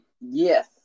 Yes